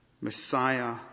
Messiah